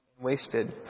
wasted